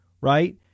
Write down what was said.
right